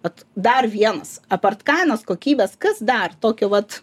vat dar vienas apart kainos kokybės kas dar tokio vat